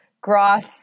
grass